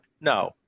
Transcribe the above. No